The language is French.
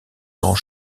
grand